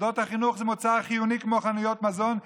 שמוסדות החינוך זה מוצר חיוני כמו חנויות מזון,